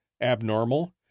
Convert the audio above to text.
abnormal